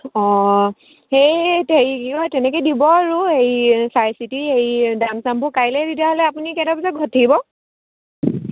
অঁ সেই হেৰি কি কয় তেনেকৈ দিব আৰু হেৰি চাই চিটি এই দাম চামবোৰ কাইলৈ তেতিয়াহ'লে আপুনি কেইটা বজাত ঘৰত থাকিব